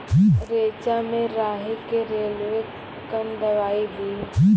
रेचा मे राही के रेलवे कन दवाई दीय?